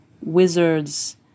wizard's